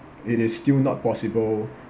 it is still not possible